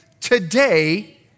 today